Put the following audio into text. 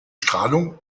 strahlung